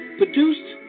produced